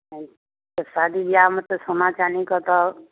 हँ तऽ शादी ब्याहमे तऽ सोना चानीके तऽ